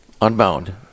Unbound